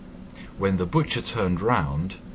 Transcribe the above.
when the butcher turned round,